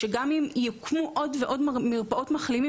כי גם אם יוקמו עוד ועוד מרפאות מחלימים,